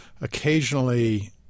occasionally